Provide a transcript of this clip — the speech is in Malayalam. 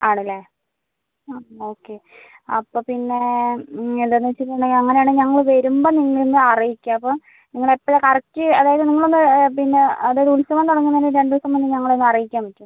ആണല്ലേ ആ ഓക്കെ അപ്പം പിന്നെ ഹ്മ് എന്താണെന്ന് വെച്ചിട്ടുണ്ടെങ്കിൽ അങ്ങനെ ആണെങ്കിൽ ഞങ്ങൾ വരുമ്പം നിങ്ങളെയൊന്ന് അറിയിക്കാം അപ്പം നിങ്ങൾ എപ്പോഴാണ് കറക്റ്റ് അതായത് നിങ്ങൾ ഒന്ന് പിന്നെ അതായത് ഉത്സവം തുടങ്ങുന്നതിന് രണ്ട് ദിവസം മുന്നേ ഞങ്ങളെ ഒന്ന് അറിയിക്കാൻ പറ്റുമോ